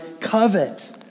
covet